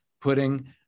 putting